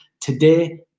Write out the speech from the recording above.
Today